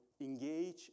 engage